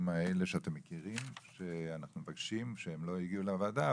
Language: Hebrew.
האלה שאתם מכירים שאנחנו מבקשים שהם לא הגיעו לוועדה,